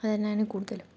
അതുതന്നെയാണ് കൂടുതലും